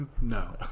No